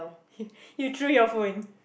you you threw your phone